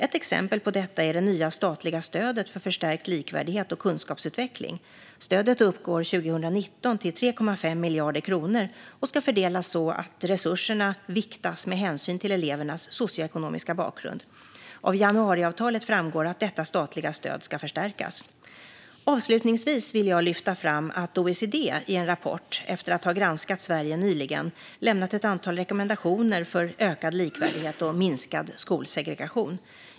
Ett exempel på detta är det nya statliga stödet för förstärkt likvärdighet och kunskapsutveckling. Stödet uppgår 2019 till 3,5 miljarder kronor och ska fördelas så att resurserna viktas med hänsyn till elevernas socioekonomiska bakgrund. Av januariavtalet framgår att detta statliga stöd ska förstärkas. Avslutningsvis vill jag lyfta fram att OECD i en rapport efter att ha granskat Sverige nyligen lämnat ett antal rekommendationer för ökad likvärdighet och minskad skolsegregation.